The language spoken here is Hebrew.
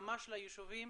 ממש ליישובים